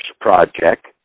project